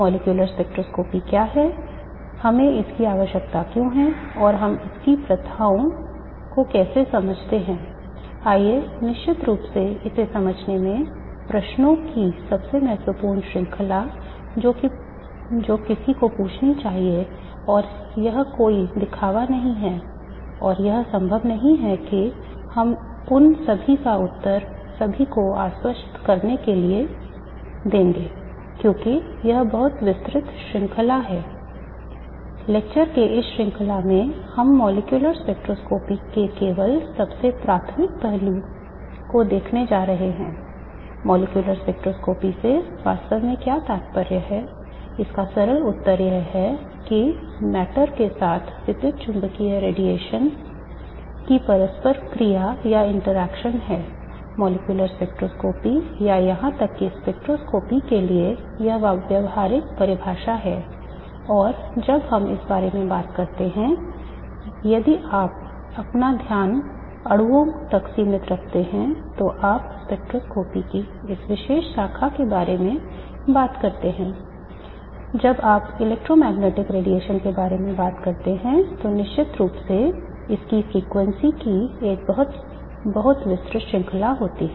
molecular spectroscopy क्या है हमें इसकी आवश्यकता क्यों है और हम इसकी प्रथाओं की एक बहुत बहुत विस्तृत श्रृंखला होती है